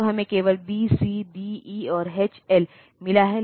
तो हमें केवल B C D E और H L मिला है